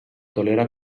tolera